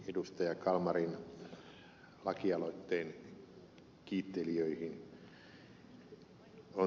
kalmarin lakialoitteen kiittelijöihin